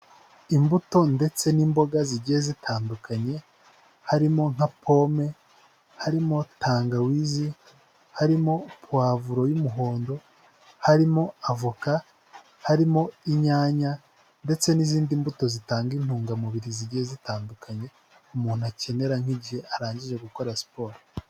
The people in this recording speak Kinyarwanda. Imbuto ndetse n'imboga zigiye zitandukanye, harimo nka pome, harimo tangawizi, harimo puwavuro y'umuhondo, harimo avoka, harimo inyanya ndetse n'izindi mbuto zitanga intungamubiri zigiye zitandukanye, umuntu akenera nk'igihe arangije gukora siporo.